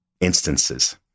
instances